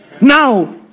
Now